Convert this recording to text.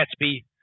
gatsby